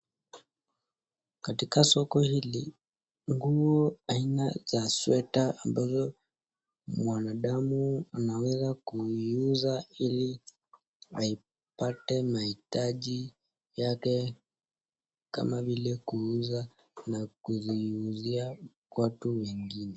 Katika soko hili, nguo aina za sweta ambazo mwanadamu anaweza kuiuza ili aipate mahitaji yake kama vile kuuza na kuziuzia watu wengine.